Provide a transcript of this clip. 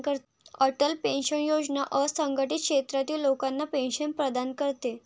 Atal pension योजना असंघटित क्षेत्रातील लोकांना पेन्शन प्रदान करते